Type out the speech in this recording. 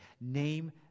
Name